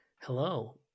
Hello